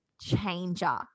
changer